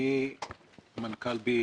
אני מנכ"ל BETM,